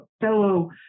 fellow